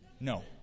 No